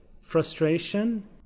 frustration